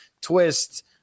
twist